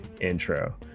intro